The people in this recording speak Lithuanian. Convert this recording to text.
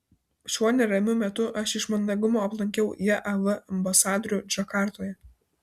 šiuo neramiu metu aš iš mandagumo aplankiau jav ambasadorių džakartoje